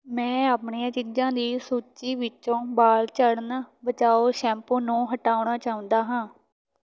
ਮੈਂ ਆਪਣੀਆਂ ਚੀਜ਼ਾਂ ਦੀ ਸੂਚੀ ਵਿੱਚੋ ਵਾਲ ਝੜਨ ਬਚਾਓ ਸ਼ੈਂਪੂ ਨੂੰ ਹਟਾਉਣਾ ਚਾਹੁੰਦਾ ਹਾਂ